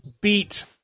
beat